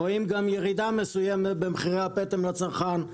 רואים גם ירידה מסוימת במחירי הפטם לצרכן.